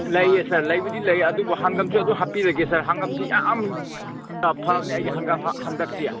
ꯂꯩꯌꯦ ꯁꯥꯔ ꯂꯩꯕꯨꯗꯤ ꯂꯩ ꯑꯗꯨꯕꯨ ꯍꯪꯒꯥꯝꯁꯨ ꯑꯗꯨꯝ ꯍꯥꯞꯄꯤꯔꯒꯦ ꯁꯥꯔ ꯍꯪꯒꯥꯝꯁꯤ ꯌꯥꯝ ꯐꯕꯅꯦ ꯑꯩꯒꯤ ꯍꯪꯒꯥꯝ ꯍꯟꯗꯛꯁꯤ